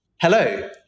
Hello